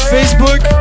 Facebook